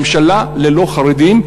ממשלה ללא חרדים.